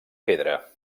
pedra